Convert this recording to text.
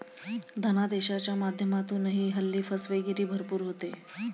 धनादेशाच्या माध्यमातूनही हल्ली फसवेगिरी भरपूर होते